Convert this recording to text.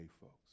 folks